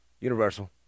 universal